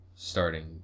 starting